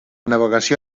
navegació